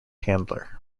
handler